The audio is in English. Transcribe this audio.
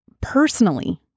personally